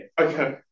Okay